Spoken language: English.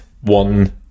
one